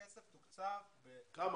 הכסף תוקצב --- כמה?